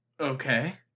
Okay